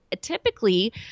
typically